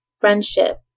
friendship